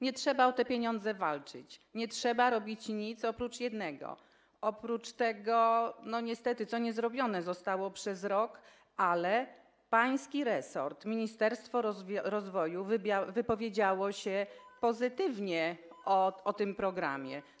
Nie trzeba o te pieniądze walczyć, nie trzeba robić nic oprócz jednego: oprócz tego, co niestety nie zostało zrobione przez rok, ale pański resort, Ministerstwo Rozwoju wypowiedziało się pozytywnie o tym programie.